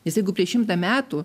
nes jeigu prieš šimtą metų